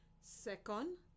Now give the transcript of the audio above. Second